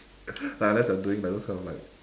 like unless you are doing like those kind of like